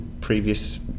previous